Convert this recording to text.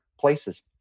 places